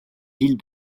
villes